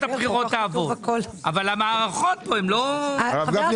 הבחירות תעבור אבל המערכות פה הן --- למשל,